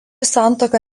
santuoka